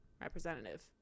representative